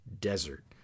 desert